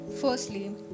firstly